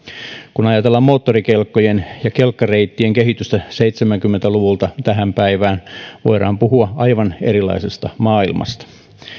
kun ajatellaan moottorikelkkojen ja kelkkareittien kehitystä seitsemänkymmentä luvulta tähän päivään voidaan puhua aivan erilaisesta maailmasta